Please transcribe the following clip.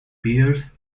piers